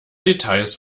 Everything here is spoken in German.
details